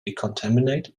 decontaminate